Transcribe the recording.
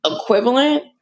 equivalent